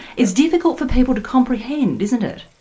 is difficult for people to comprehend, isn't it?